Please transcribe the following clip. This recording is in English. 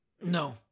No